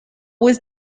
was